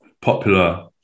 popular